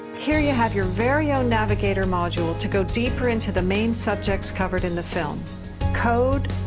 here you have your very own navigator module to go deeper into the main subjects covered in the film code,